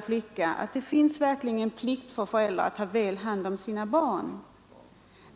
flickan hade så rätt: det finns verkligen en plikt för föräldrar att ta väl vård om sina barn.